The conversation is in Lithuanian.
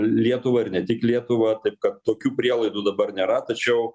lietuvą ir ne tik lietuvą taip kad tokių prielaidų dabar nėra tačiau